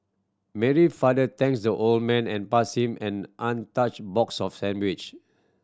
Mary father thanks the old man and pass him an untouched box of sandwich